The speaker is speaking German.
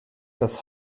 das